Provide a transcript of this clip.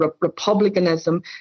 republicanism